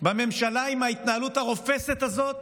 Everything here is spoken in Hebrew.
בממשלה עם ההתנהלות הרופסת הזאת